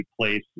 place